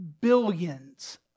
billions